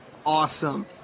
Awesome